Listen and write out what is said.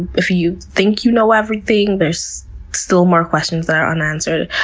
if you think you know everything, there's still more questions that are unanswered.